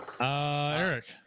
eric